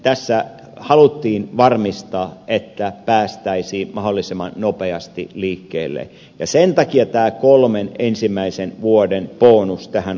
tässä haluttiin varmistaa että päästäisiin mahdollisimman nopeasti liikkeelle ja sen takia tämä kolmen ensimmäisen vuoden bonus tähän otettiin